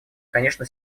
конечно